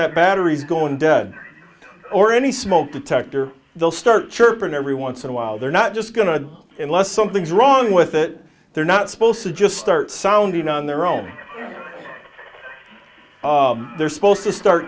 that batteries going dead or any smoke detector they'll start chirping every once in a while they're not just going to unless something's wrong with it they're not supposed to just start sounding on their own they're supposed to start